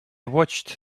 watched